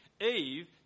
Eve